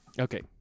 Okay